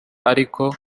ariko